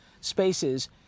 spaces